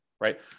right